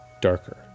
darker